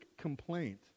complaint